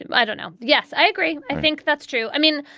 and i don't know. yes, i agree. i think that's true. i mean,